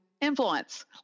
influence